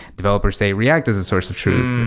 developers say react is a source of truth.